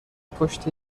پشت